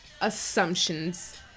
assumptions